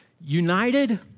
United